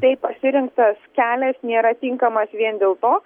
tai pasirinktas kelias nėra tinkamas vien dėl to